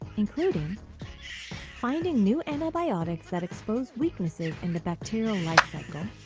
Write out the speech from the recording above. ah including finding new antibiotics that expose weaknesses in the bacterial life cycle,